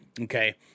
okay